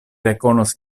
rekonos